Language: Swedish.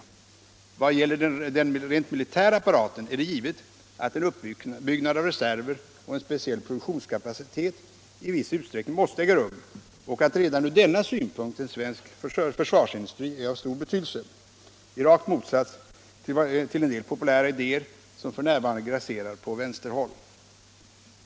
I vad gäller den rent militära apparaten är det givet att en uppbyggnad av reserver och en speciell produktionskapacitet i viss utsträckning måste äga rum och att redan från denna synpunkt en svensk försvarsindustri är av stor betydelse, i rak motsats till en del populära idéer som f.n. grasserar på vänsterhåll.